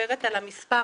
מדברת על המספר,